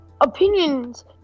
opinions